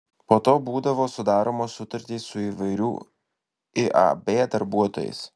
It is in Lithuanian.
po to būdavo sudaromos sutartys su įvairių iab darbuotojais